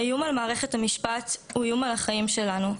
האיום על מערכת המשפט הוא איום על החיים שלנו.